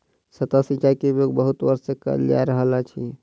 सतह सिचाई के उपयोग बहुत वर्ष सँ कयल जा रहल अछि